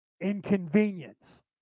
inconvenience